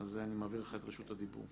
אז אני מעביר לך את רשות הדיבור.